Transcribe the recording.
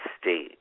state